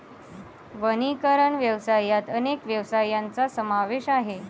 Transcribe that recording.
वनीकरण व्यवसायात अनेक व्यवसायांचा समावेश आहे